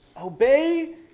obey